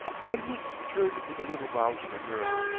brentwick turned with a little bow to the girl.